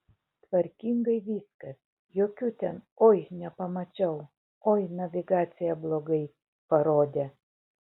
tvarkingai viskas jokių ten oi nepamačiau oi navigacija blogai parodė